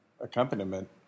accompaniment